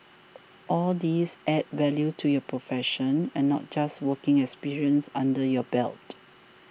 all these add value to your profession and not just working experience under your belt